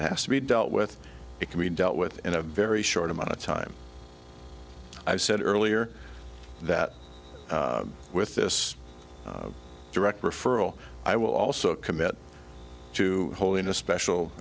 has to be dealt with it can be dealt with in a very short amount of time i've said earlier that with this direct referral i will also commit to hole in a special